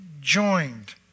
joined